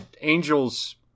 angels